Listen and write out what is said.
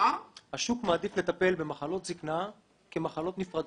השוק מעדיף לטפל במחלות זקנה כמחלות נפרדות,